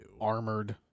Armored